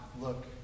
look